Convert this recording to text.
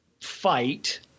fight